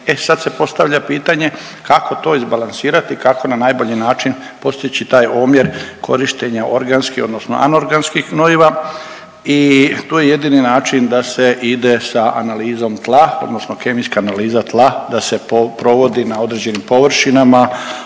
E sad se postavlja pitanje kako to izbalansirati, kako na najbolji način postići taj omjer korištenja organskih odnosno anorganskih gnojiva i tu je jedini način da se ide sa analizom tla odnosno kemijska analiza tla da se provodi na određenim površinama